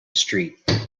street